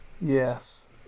Yes